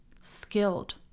skilled